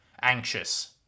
anxious